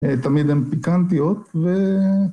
תמיד הן פיקנטיות ו...